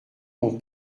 mon